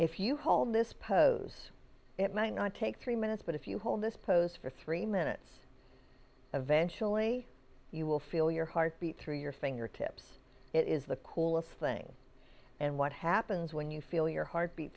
if you hold this pose it might not take three minutes but if you hold this pose for three minutes eventually you will feel your heartbeat through your fingertips it is the coolest thing and what happens when you feel your heartbeat